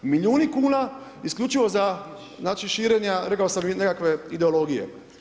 Milijuni kuna isključivo za, znači širenja rekao sam nekakve ideologije.